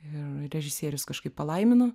ir režisierius kažkaip palaimino